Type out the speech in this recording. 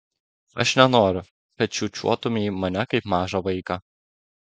aš nenoriu kad čiūčiuotumei mane kaip mažą vaiką